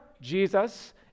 Jesus